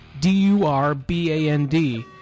D-U-R-B-A-N-D